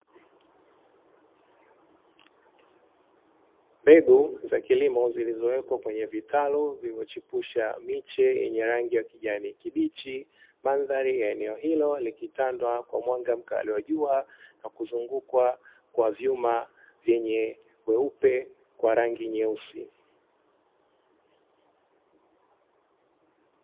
Mbegu za kilimo zilizowekwa kwenye vitalu vilivyochipusha miche yenye rangi ya kijani kibichi, mandhari ya eneo hilo likitanda kwa mwanga mkali wa jua na kuzungukwa kwa vyuma vyenye weupe kwa rangi nyeusi.